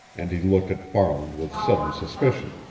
and he looked at farland with sudden suspicion.